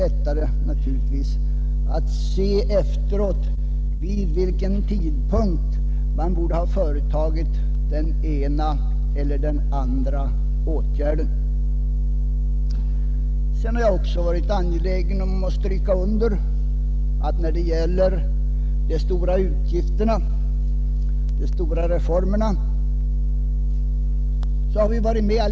Det är naturligtvis mycket lättare att i efterhand se vid vilken tidpunkt man borde ha vidtagit den ena eller den andra åtgärden. Jag har också varit angelägen att framhålla att vi alla har varit med om att genomföra de stora, kostnadskrävande reformerna.